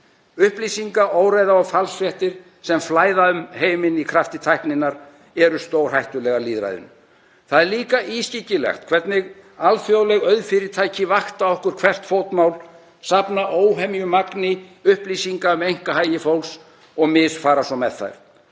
Upplýsingaóreiða og falsfréttir sem flæða um heiminn í krafti tækninnar eru stórhættulegar lýðræðinu. Það er líka ískyggilegt hvernig alþjóðleg auðfyrirtæki vakta okkur hvert fótmál, safna óhemjumagni upplýsinga um einkahagi fólks og misfara svo með þær.